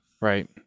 right